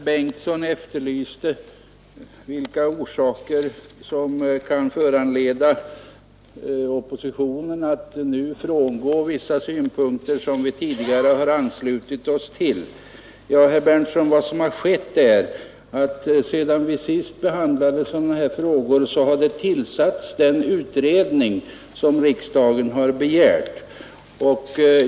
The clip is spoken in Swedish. Herr talman! Herr Berndtson i Linköping efterlyste orsakerna till att oppositionen nu frångår vissa synpunkter som vi tidigare har anslutit oss till. Vad som har skett är att sedan vi sist behandlade sådana här frågor har den utredning tillsatts som riksdagen begärt.